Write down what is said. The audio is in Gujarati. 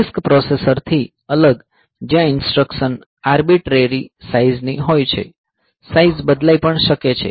CISC પ્રોસેસર્સથી અલગ જ્યાં ઈન્સ્ટ્રકશન આર્બીટ્રેરી સાઈઝ ની હોય છે સાઈઝ બદલાઈ પણ શકે છે